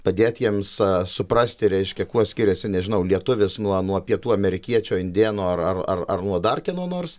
padėt jiems suprasti reiškia kuo skiriasi nežinau lietuvis nuo nuo pietų amerikiečio indėno ar ar ar ar nuo dar kieno nors